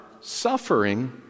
suffering